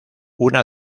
una